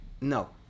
No